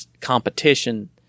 competition